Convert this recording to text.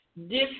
different